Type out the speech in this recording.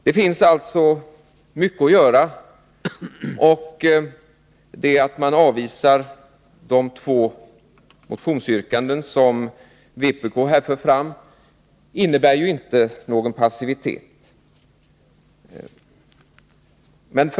Det finns alltså mycket att göra, och det förhållandet att de två motionsyrkanden som vpk här för fram avvisas innebär inte någon passivitet.